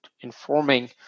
informing